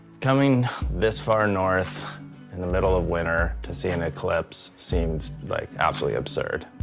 coming this far north in the middle of winter to see an eclipse seems like absolutely absurd.